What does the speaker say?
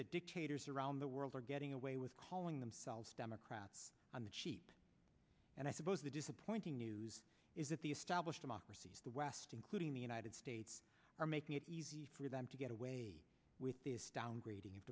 that dictators around the world are getting away with calling themselves democrats on the cheap and i suppose the disappointing news is that the established democracies the west including the united states are making it easy for them to get away with this downgrading of